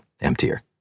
emptier